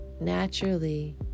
naturally